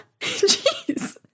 Jeez